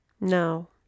No